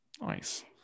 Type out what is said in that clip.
Nice